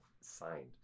signed